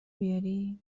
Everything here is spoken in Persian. بیاری